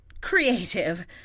creative